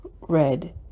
red